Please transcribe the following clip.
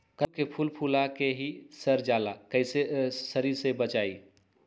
कददु के फूल फुला के ही सर जाला कइसे सरी से बचाई?